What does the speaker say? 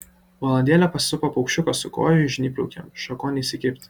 valandėlę pasisupo paukščiukas su kojų žnypliukėm šakon įsikibti